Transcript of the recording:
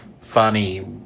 funny